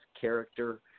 character